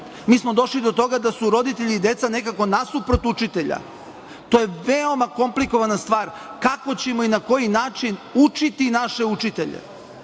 Mi smo došli do toga da su roditelji i deca nekako nasuprot učitelja. To je veoma komplikovana stvar kako ćemo i na koji način učiti naše učitelje,